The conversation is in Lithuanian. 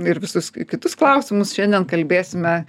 ir visus kitus klausimus šiandien kalbėsime